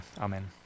Amen